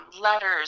letters